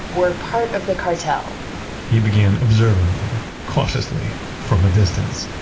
were part of the cartel he began observing them, cautiously from a distance.